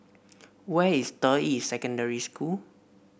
where is Deyi Secondary School